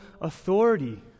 authority